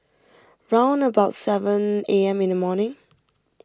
round about seven A M in the morning